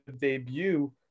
debut